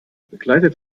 begleitet